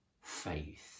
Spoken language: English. faith